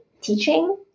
teaching